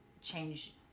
change